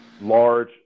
large